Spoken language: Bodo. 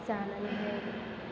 जानानैहाय